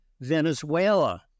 Venezuela